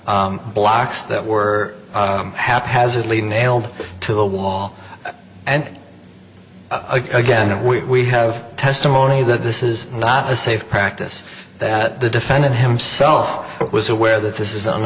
blocks that were haphazardly nailed to the wall and again we have testimony that this is not a safe practice that the defendant himself was aware that this is